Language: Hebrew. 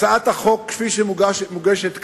הצעת החוק, כפי שהיא מוגשת כאן,